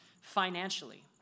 financially